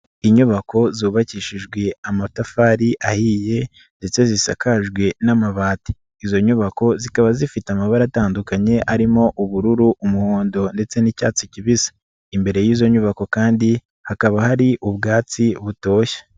Inyubako zubakishijwe amatafari ahiye ndetse zisakajwe n'amabati, izo nyubako zikaba zifite amabara atandukanye arimo ubururu, umuhondo ndetse n'icyatsi kibisi, imbere y'izo nyubako kandi hakaba hari ubwatsi butoshye.